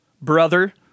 brother